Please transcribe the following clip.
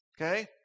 Okay